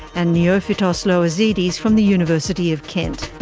and neophytos loizides from the university of kent.